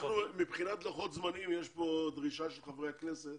מבחינת לוחות זמנים יש פה דרישה של חברי הכנסת